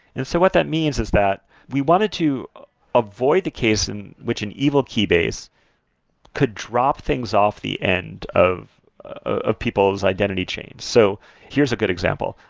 and so what that means is that we wanted to avoid the case in which an evil keybase could drop things off the end of of people's identity chain so here's a good example,